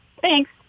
thanks